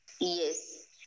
Yes